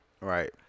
right